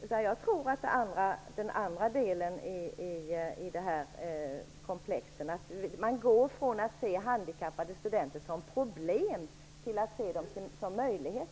Den andra delen i detta komplex är att man slutar se handikappade studenter som problem till att se dem som möjligheter.